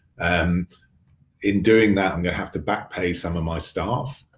and in doing that, i'm gonna have to back pay some of my staff.